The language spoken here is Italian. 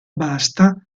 basta